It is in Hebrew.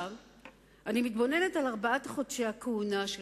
אני מתבוננת על ארבעת חודשי הכהונה שלך,